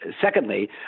Secondly